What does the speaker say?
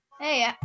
Hey